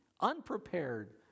unprepared